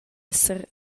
esser